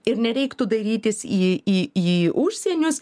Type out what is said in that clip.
ir nereiktų dairytis į į į užsienius